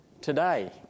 today